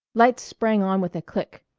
lights sprang on with a click.